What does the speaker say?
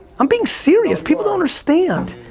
i'm being serious, people don't understand,